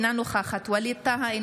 אינה נוכחת ווליד טאהא,